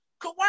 Kawhi